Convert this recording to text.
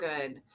good